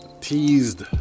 Teased